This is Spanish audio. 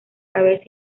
cabeza